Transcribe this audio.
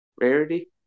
rarity